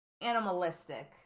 animalistic